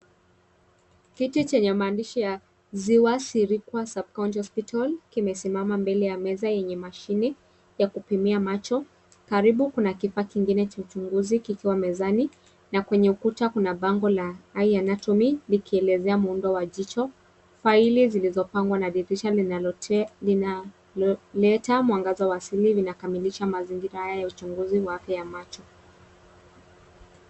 Kiti chenye maandishi ya'ziwa sirikwa hospita l', kimesimama mbele ya meza yenye mashine ya kupimia macho. Karibu kuna kifaa kingine cha uchunguzi, kikiwa mezani na kwenye ukuta kuna bango la ' eye anatomy ' likielezea muundo wa jicho. Faili zilizopangwa na dirisha linaloleta mwangaza wa asili linakamilisha mazingira ya ucgunguzi wa afya ya macho.